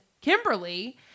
Kimberly